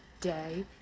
day